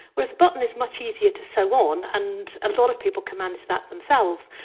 whereas a button is much easier to sew on and a lot of people can manage that themselves.